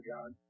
God